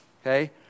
Okay